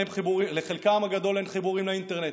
לחלקם הגדול אין חיבורים לאינטרנט,